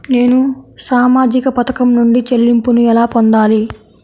నేను సామాజిక పథకం నుండి చెల్లింపును ఎలా పొందాలి?